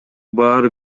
баары